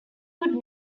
would